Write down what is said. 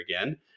again